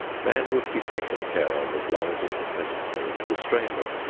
men would be taken care of as long as it was necessary to restrain them.